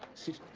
sit. ah,